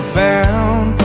found